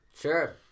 Sure